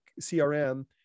CRM